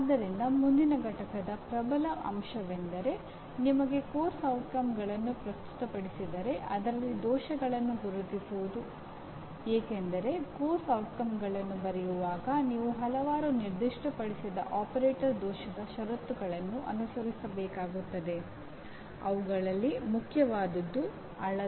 ಆದ್ದರಿಂದ ಮುಂದಿನ ಪಠ್ಯದ ಪ್ರಬಲ ಅಂಶವೆಂದರೆ ನಿಮಗೆ ಪಠ್ಯಕ್ರಮದ ಪರಿಣಾಮಗಳನ್ನು ಪ್ರಸ್ತುತಪಡಿಸಿದರೆ ಅದರಲ್ಲಿ ದೋಷಗಳನ್ನು ಗುರುತಿಸುವುದು ಏಕೆಂದರೆ ಪಠ್ಯಕ್ರಮದ ಪರಿಣಾಮಗಳನ್ನು ಬರೆಯುವಾಗ ನೀವು ಹಲವಾರು ನಿರ್ದಿಷ್ಟಪಡಿಸಿದ ಆಪರೇಟ್ ದೋಷದ ಷರತ್ತುಗಳನ್ನು ಅನುಸರಿಸಬೇಕಾಗುತ್ತದೆ ಅವುಗಳಲ್ಲಿ ಪ್ರಮುಖವಾದದ್ದು ಅಳತೆ